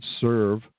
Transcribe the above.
serve